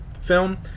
film